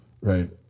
right